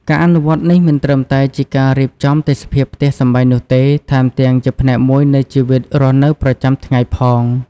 ការអនុវត្តនេះមិនត្រឹមតែជាការរៀបចំទេសភាពផ្ទះសម្បែងនោះទេ ថែមទាំងជាផ្នែកមួយនៃជីវភាពរស់នៅប្រចាំថ្ងៃផង។